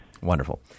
Wonderful